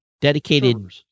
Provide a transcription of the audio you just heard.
dedicated